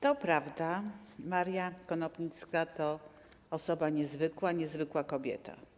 To prawda, Maria Konopnicka to osoba niezwykła, niezwykła kobieta.